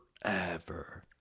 Forever